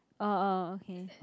oh oh okay